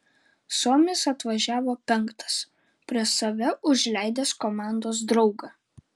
suomis atvažiavo penktas prieš save užleidęs komandos draugą